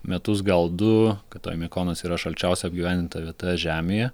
metus gal du kad oimiakonas yra šalčiausia apgyvendinta vieta žemėje